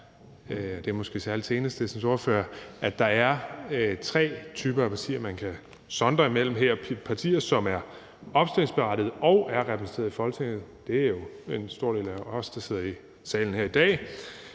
Enhedslistens ordfører – at der er tre typer af partier, man kan sondre imellem: partier, som er opstillingsberettigede og er repræsenteret i Folketinget, og det er jo en stor del af os, der sidder i salen her i dag;